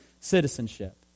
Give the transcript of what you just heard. citizenship